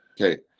Okay